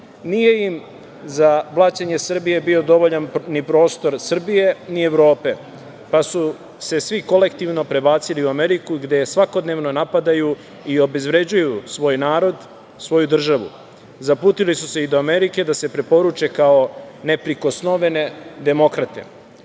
im za blaćenje Srbije bio dovoljan ni prostor Srbije ni Evrope, pa su se svi kolektivno prebacili u Ameriku, gde je svakodnevno napadaju i obezvređuju svoj narod i svoju državu, zaputili su se i do Amerike da se preporuče kao neprikosnovene demokrate.